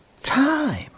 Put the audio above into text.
time